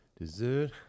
Dessert